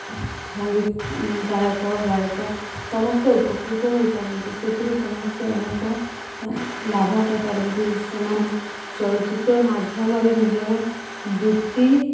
ସଙ୍ଗୀତ ଗାୟକ ଗାୟିକା ସମସ୍ତେ ଉପକୃତ ହୋଇପାରନ୍ତି ସେଥିରୁ ସମସ୍ତେ ଅନେକ ଲାଭ ପାଇପାରନ୍ତି ସେମାନେ ଚଳଚ୍ଚିତ୍ର ମାଧ୍ୟମରେ ନିଜର ବୃତ୍ତି